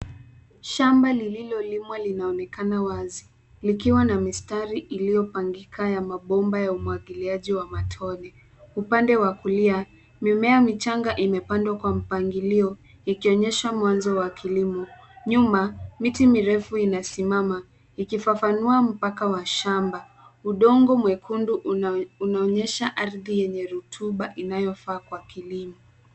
Shamba lililolimwa linaonekana wazi, likiwa na mistari iliyopangika ya bomba ya umwagiliaji wa matone. Upande wa kulia, mimea michanga imepandwa kwa mpangilio ikionyesha mwanzo wa kilimo. Nyuma miti mirefu inasimama, ikifafanua mpaka wa shamba .Udongo mwekundu unaonyesha ardhi yenye rotuba, inayofaa kwa kilimo.